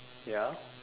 ya